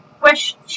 question